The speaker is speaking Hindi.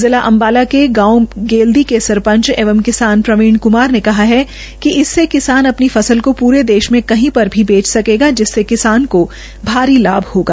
जिला अम्बाला के गाँव गेलदी के सरपंच एवं किसान प्रवीण कमार ने कहा है कि इससे किसान अपनी फसल को पूरे देश मे कहीं पर भी बेच सकेगा इससे किसान को भारी लाभ होगा